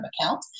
account